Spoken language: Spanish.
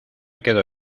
quedo